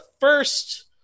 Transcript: first